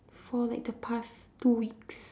for like the past two weeks